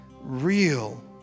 real